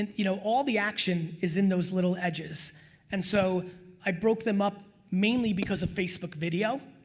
and you know all the action is in those little edges and so i broke them up mainly because of facebook video,